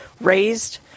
raised